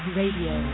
radio